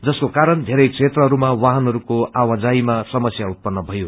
जसको कारण वेरै क्षेत्रहरूमा वाहनहरूको आवजाहीमा समस्या उत्पन्न भयो